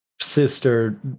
sister